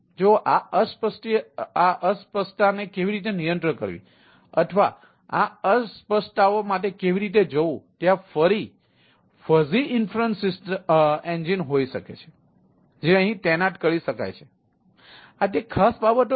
જો આ અસ્પષ્ટતાને કેવી રીતે નિયંત્રિત કરવી અથવા આ અસ્પષ્ટતાઓ માટે કેવી રીતે જવું ત્યાં ફરી ફઝી ઇન્ફેરેન્સ એન્જિન પર કામ કરે છે